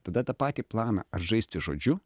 tada tą patį planą ar žaisti žodžiu